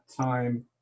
time